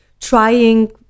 trying